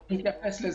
אני אתייחס לזה.